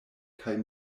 kaj